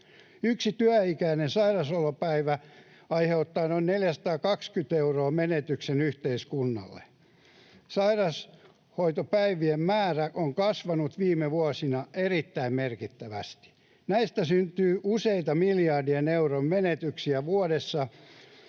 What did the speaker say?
Yksi työikäisen sairauspoissaolopäivä aiheuttaa noin 420 euron menetyksen yhteiskunnalle. Sairauspäivien määrä on kasvanut viime vuosina erittäin merkittävästi. Näistä syntyy useiden miljardien eurojen menetyksiä vuodessa,